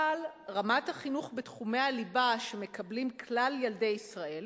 אבל רמת החינוך בתחומי הליבה שמקבלים כלל ילדי ישראל,